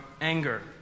anger